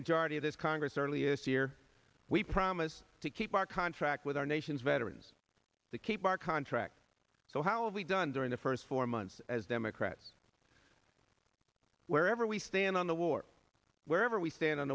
this congress earlier this year we promise to keep our contract with our nation's veterans to keep our contract so how have we done during the first four months as democrats wherever we stand on the war wherever we stand on